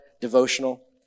devotional